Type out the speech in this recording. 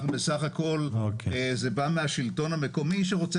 אנחנו בסך הכל זה בא מהשלטון המקומי שרוצה